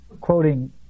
quoting